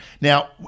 Now